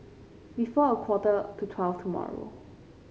before a quarter to twelve tomorrow